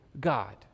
God